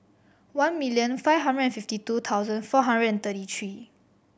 one million five hundred and fifty two thousand four hundred and thirty three